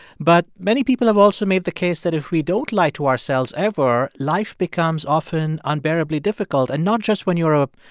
but many people have also made the case that if we don't lie to ourselves ever, life becomes often unbearably difficult and not just when you're, ah